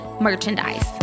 merchandise